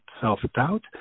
self-doubt